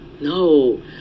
No